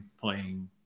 playing